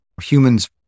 humans